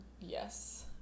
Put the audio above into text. Yes